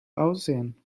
aussehen